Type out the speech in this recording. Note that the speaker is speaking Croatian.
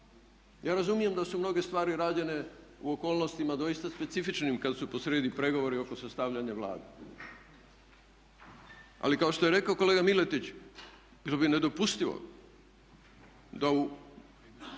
Ja razumijem da su mnoge stvari rađene u okolnostima doista specifičnim kad su po srijedi pregovori oko sastavljanja Vlade, ali kao što je rekao kolega Miletić bilo bi nedopustivo da